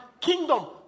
kingdom